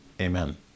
Amen